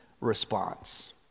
response